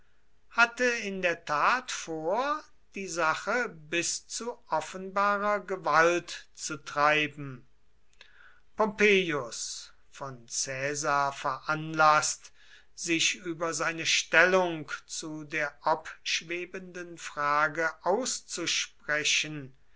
hatte in der tat vor die sache bis zu offenbarer gewalt zu treiben pompeius von caesar veranlaßt sich über seine stellung zu der obschwebenden frage auszusprechen